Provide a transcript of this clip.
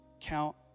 count